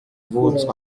votre